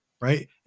right